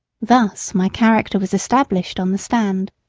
thus my character was established on the stand.